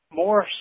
more